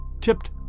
tipped